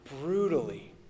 brutally